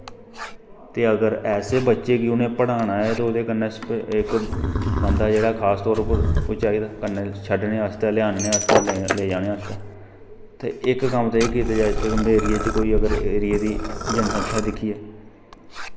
ते अगर ऐसे बच्चे गी उनैं पढ़ाना ऐ ते ओह्दै कन्नै आस्तै इक बंदा जेह्ड़ा खास तौर उप्पर ओह् चाही दा कन्नै छड्डनै आस्तै लेआननै आस्तै लेआनै आस्तै ते इक कम्म ते एह् कीता जाए उंदे एरिये च कोई अगर कोई एरिये दी जनसंख्या दिक्खियै